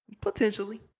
Potentially